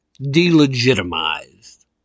delegitimized